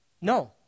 No